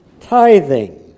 tithing